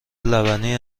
لبنی